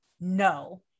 no